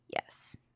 yes